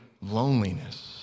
loneliness